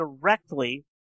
directly